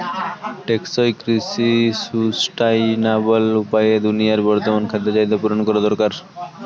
টেকসই কৃষি সুস্টাইনাবল উপায়ে দুনিয়ার বর্তমান খাদ্য চাহিদা পূরণ করা দরকার